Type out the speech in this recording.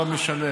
בזה הם שונים.